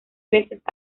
veces